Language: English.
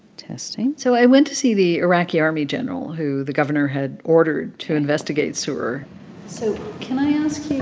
testing. so i went to see the iraqi army general who the governor had ordered to investigate sroor so can i ask